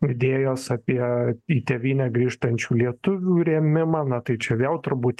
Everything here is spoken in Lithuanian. idėjos apie į tėvynę grįžtančių lietuvių rėmimą na tai čia vėl turbūt